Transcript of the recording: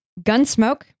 Gunsmoke